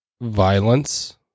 violence